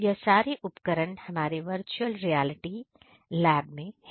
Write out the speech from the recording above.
यह सारे उपकरणों हमारे वर्चुअल रियलिटी लैब में है